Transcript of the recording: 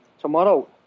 Tomorrow